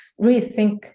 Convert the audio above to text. rethink